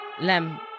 Lem